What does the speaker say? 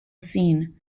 scene